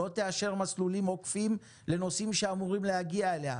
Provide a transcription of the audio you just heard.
לא תאפשר מסלולים עוקפים לנושאים שאמורים להגיע אליה.